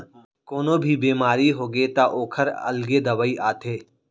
कोनो भी बेमारी होगे त ओखर अलगे दवई आथे